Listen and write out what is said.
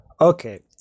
Okay